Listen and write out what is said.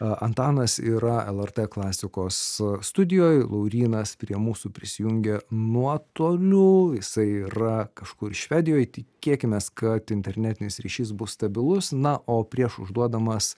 antanas yra lrt klasikos studijoj laurynas prie mūsų prisijungė nuotoliu jisai yra kažkur švedijoj tikėkimės kad internetinis ryšys bus stabilus na o prieš užduodamas